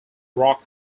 rock